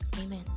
Amen